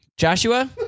Joshua